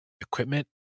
equipment